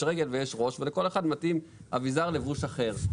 רגל ויש ראש ולכל אחד מתאים אביזר לבוש אחר.